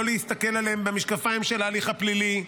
לא להסתכל עליהם במשקפיים של ההליך הפלילי,